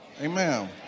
Amen